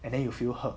and then you feel hurt